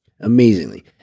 amazingly